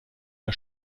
der